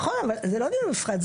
זה לא דיון נפרד.